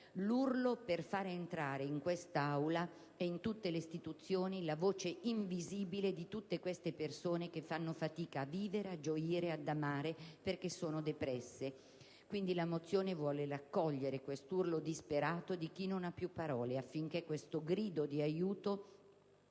l'urlo per fare entrare in quest'Aula e in tutte le istituzioni la voce invisibile di tutte le persone che fanno fatica a vivere, a gioire e ad amare perché sono depresse. Quindi, la mozione vuole raccogliere questo urlo disperato di chi non ha più parole, affinché questo grido di aiuto